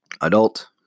Adult